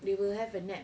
they will have a nap